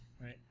Right